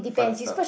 fun stuff